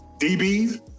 DBs